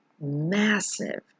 massive